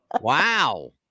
Wow